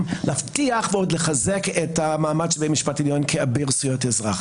להבטיח ולחזק את מעמד בית המשפט העליון כאביר זכויות האזרח,